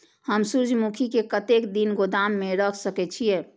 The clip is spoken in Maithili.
हम सूर्यमुखी के कतेक दिन गोदाम में रख सके छिए?